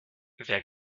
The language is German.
wer